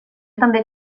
també